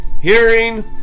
hearing